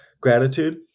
gratitude